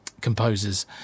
composers